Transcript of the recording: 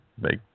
make